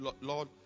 Lord